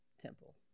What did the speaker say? temple